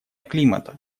климата